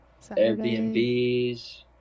Airbnbs